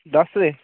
दस्स दे